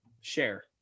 share